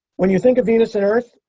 when you think of venus and earth,